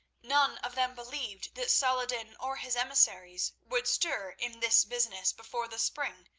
none of them believed that saladin or his emissaries would stir in this business before the spring,